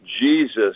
Jesus